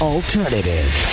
Alternative